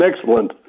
excellent